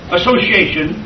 Association